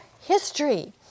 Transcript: history